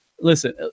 listen